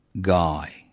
Guy